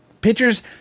pitchers